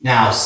Now